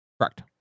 Correct